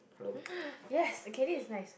yes okay this is nice